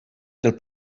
del